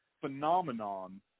phenomenon